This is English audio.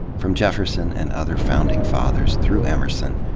from jefferson and other founding fathers through emerson,